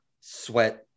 sweat